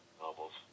novels